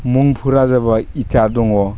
मुंफोरा जाबाय इटा दङ